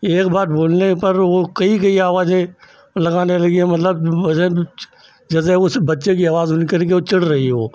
एक बार बोलने पर वह कई कई आवाज़ें लगाने लगी और मतलब मुझे जैसे उस बच्चे की आवाज़ सुन करके चिढ़ रही हो